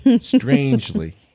Strangely